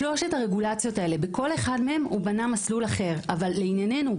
שלוש הרגולציות האלה בכל אחד מהם הוא בנה מסלול אחר אבל לענייננו,